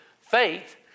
faith